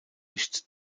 nicht